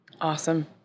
Awesome